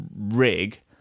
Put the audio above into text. rig